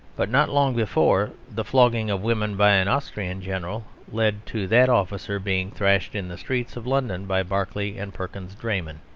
but not long before, the flogging of women by an austrian general led to that officer being thrashed in the streets of london by barclay and perkins' draymen.